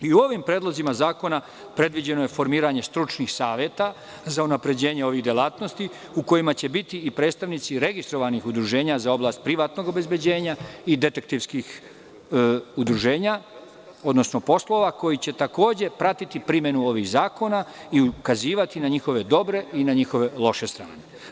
U ovim predlozima zakona predviđeno je formiranje stručnih saveta za unapređenje ovih delatnosti, u kojima će biti i predstavnici registrovanih udruženja za oblast privatnog obezbeđenja i detektivskih udruženja, odnosno poslova koji će takođe pratiti primenu ovih zakona i ukazivati na njihove dobre i na njihove loše strane.